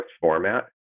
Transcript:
format